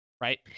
right